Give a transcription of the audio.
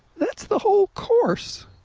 that's the whole course.